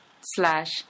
Slash